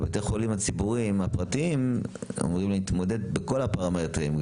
בתי החולים הציבורים הפרטיים אמורים להתמודד בכל הפרמטרים.